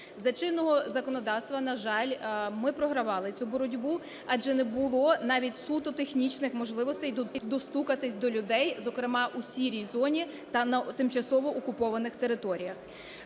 За чинного законодавства, на жаль, ми програвали цю боротьбу, адже не було навіть суто технічних можливостей достукатись до людей, зокрема, у "сірій" зоні та на тимчасово окупованих територіях.